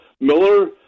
Miller